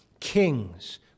Kings